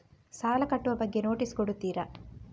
ಸಾಲ ಕಟ್ಟುವ ಬಗ್ಗೆ ನೋಟಿಸ್ ಕೊಡುತ್ತೀರ?